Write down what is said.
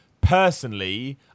personally